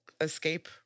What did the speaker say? escape